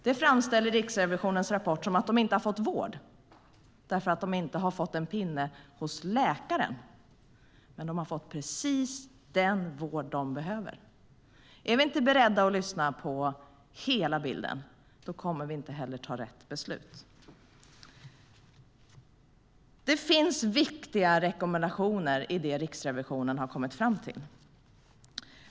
Det framställer Riksrevisionens rapport som att de inte har fått vård eftersom de inte har fått en pinne hos läkaren. Men de har fått precis den vård de behöver. Är vi inte beredda att lyssna och se hela bilden kommer vi inte heller att fatta rätt beslut. Det finns viktiga rekommendationer i det Riksrevisionen har kommit fram till.